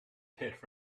pit